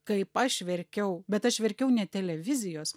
kaip aš verkiau bet aš verkiau ne televizijos